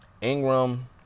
Ingram